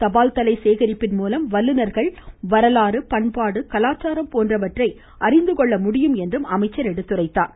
தபால் சேகரிப்பின் மூலம் வல்லுநர்கள் வரலாறு பண்பாடு கலாச்சாரம் போன்றவற்றை அறிந்துகொள்ள முடியும் என்றும் அவர் எடுத்துரைத்தார்